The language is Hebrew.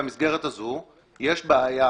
במסגרת הזו יש בעיה,